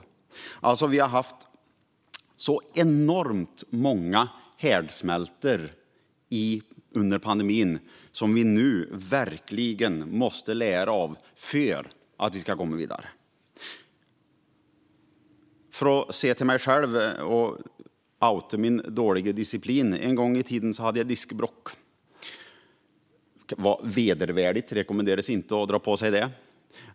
Vi har under pandemin haft enormt många härdsmältor som vi nu verkligen måste lära av för att komma vidare. Jag ska nu tala lite om mig själv och outa min dåliga disciplin. En gång i tiden hade jag diskbråck. Det var vedervärdigt. Det rekommenderas inte att dra på sig det.